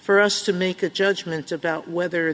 for us to make a judgment about whether